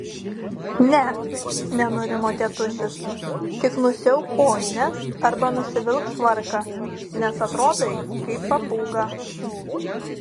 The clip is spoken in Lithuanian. ne nenurimo tėtušis tik nusiauk kojines arba nusivilk švarką nes atrodai kaip papūga